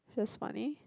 feels funny